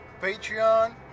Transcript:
Patreon